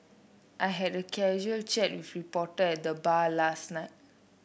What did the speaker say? I had a casual chat with reporter at the bar last night